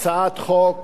הצעת חוק